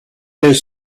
des